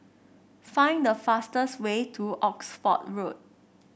find the fastest way to Oxford Road